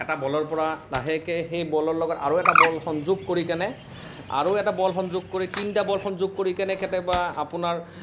এটা বলৰ পৰা লাহেকে সেই বলৰ লগত আৰু এটা বল সংযোগ কৰি কেনে আৰু এটা বল সংযোগ কৰি তিনটা বল সংযোগ কৰি কেনে কেতিয়াবা আপোনাৰ